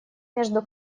между